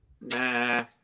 Nah